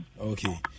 Okay